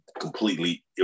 completely